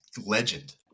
legend